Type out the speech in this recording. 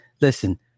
Listen